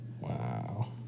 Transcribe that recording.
Wow